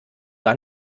gar